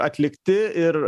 atlikti ir